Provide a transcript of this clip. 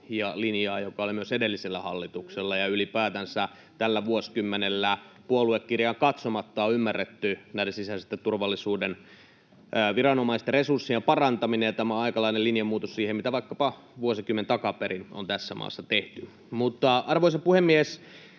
linjaa, joka oli myös edellisellä hallituksella. Ylipäätänsä tällä vuosikymmenellä puoluekirjaan katsomatta on ymmärretty sisäisen turvallisuuden viranomaisten resurssien parantaminen, ja tämä on aikamoinen linjanmuutos siihen, mitä vaikkapa vuosikymmen takaperin on tässä maassa tehty. Arvoisa puhemies!